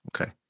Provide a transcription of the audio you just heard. okay